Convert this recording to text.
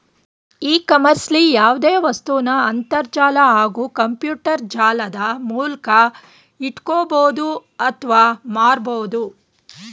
E ಕಾಮರ್ಸ್ಲಿ ಯಾವ್ದೆ ವಸ್ತುನ ಅಂತರ್ಜಾಲ ಹಾಗೂ ಕಂಪ್ಯೂಟರ್ಜಾಲದ ಮೂಲ್ಕ ಕೊಂಡ್ಕೊಳ್ಬೋದು ಅತ್ವ ಮಾರ್ಬೋದು